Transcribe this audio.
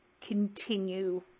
continue